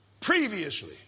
previously